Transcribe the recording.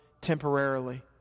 temporarily